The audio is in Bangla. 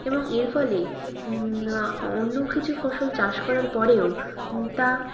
এবং এর ফলে অন্য কিছু ফসল চাষ করার পরেও তা